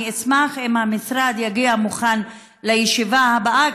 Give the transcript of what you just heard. אני אשמח אם המשרד יגיע מוכן לישיבה הבאה,